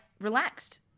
relaxed